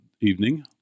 evening